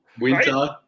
winter